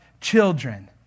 children